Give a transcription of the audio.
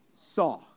saw